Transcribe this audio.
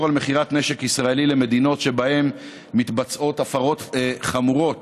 מכירת נשק ישראלי למדינות שבהן מתבצעות הפרות חמורות